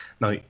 Now